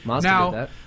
Now